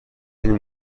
این